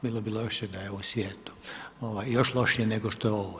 Bilo bi loše da je u svijetu, još lošije nego što je ovo.